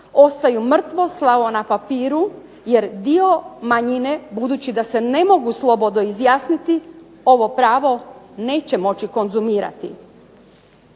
ostaju mrtvo slovo na papiru jer dio manjine budući da se ne mogu slobodno izjasniti ovo pravo neće moći konzumirati.